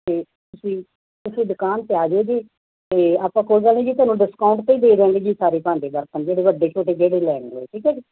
ਅਤੇ ਤੁਸੀਂ ਤੁਸੀਂ ਦੁਕਾਨ 'ਤੇ ਆ ਜਾਇਓ ਜੀ ਅਤੇ ਆਪਾਂ ਕੋਈ ਗੱਲ ਨਹੀਂ ਜੀ ਤੁਹਾਨੂੰ ਡਿਸਕਾਊਂਟ 'ਤੇ ਹੀ ਦੇ ਦਿਆਂਗੇ ਜੀ ਸਾਰੇ ਭਾਂਡੇ ਬਰਤਨ ਜਿਹੜੇ ਵੱਡੇ ਛੋਟੇ ਜਿਹੜੇ ਲੈਣੇ ਹੋਏ ਠੀਕ ਹੈ ਜੀ